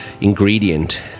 ingredient